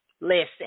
Listen